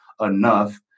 enough